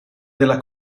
della